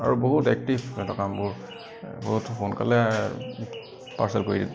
আৰু বহুত এক্টিভ দোকানবোৰ বহুত সোনকালে আহে পাৰ্চেল কৰি